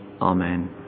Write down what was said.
Amen